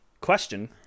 Question